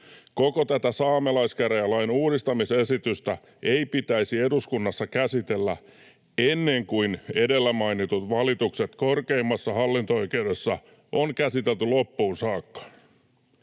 Koko tätä saamelaiskäräjälain uudistamisesitystä ei pitäisi eduskunnassa käsitellä ennen kuin edellä mainitut valitukset korkeimmassa hallinto-oikeudessa on käsitelty loppuun saakka.